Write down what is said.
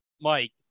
Mike